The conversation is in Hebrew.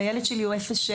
והילד שלי הוא 07,